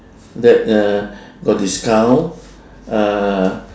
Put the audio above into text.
that uh got discount ah